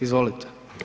Izvolite.